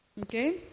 Okay